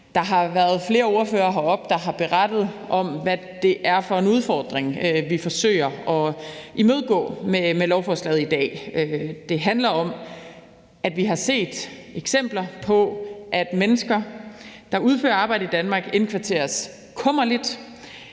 Der har været flere ordførere heroppe, der har berettet om, hvad det er for en udfordring, vi forsøger at imødegå med lovforslaget i dag. Det handler om, at vi har set eksempler på, at mennesker, der udfører arbejde i Danmark, indkvarteres kummerligt,